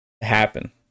happen